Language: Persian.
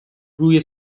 روی